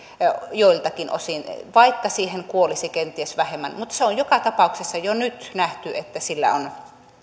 joiltakin osin vaikka siihen kuolisi kenties vähemmän ihmisiä se on joka tapauksessa jo nyt nähty että sillä on